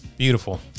Beautiful